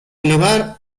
elevar